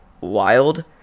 wild